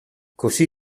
così